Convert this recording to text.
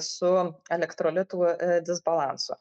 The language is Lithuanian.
su elektrolitų disbalansu